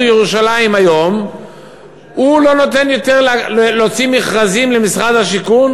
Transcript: ירושלים היום הוא לא נותן יותר למשרד השיכון